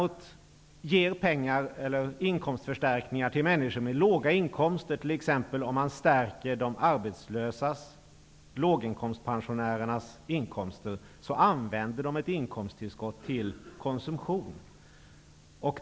Om man däremot ger inkomstförstärkningar till människor med låga inkomster, t.ex. om man förstärker de arbetslösas och låginkomstpensionärernas inkomster, använder dessa inkomsttillskottet till konsumtion.